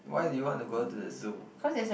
why do you want to go to the zoo